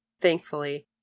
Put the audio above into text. thankfully